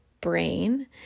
brain